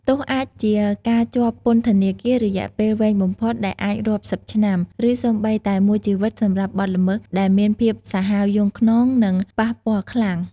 ទោសអាចជាការជាប់ពន្ធនាគាររយៈពេលវែងបំផុតដែលអាចរាប់សិបឆ្នាំ ឬសូម្បីតែ មួយជីវិតសម្រាប់បទល្មើសដែលមានភាពសាហាវយង់ឃ្នង និងប៉ះពាល់ខ្លាំង។